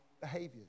behaviors